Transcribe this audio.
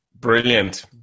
Brilliant